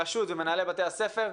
הרשות ומנהלי בתי הספר,